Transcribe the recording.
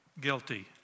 guilty